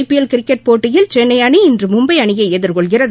IPL cricket போட்டியில் சென்னை அணி இன்று மும்பை அணியை எதிர்கொள்கிறது